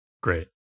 Great